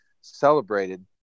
celebrated